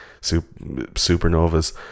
Supernovas